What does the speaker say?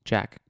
Jack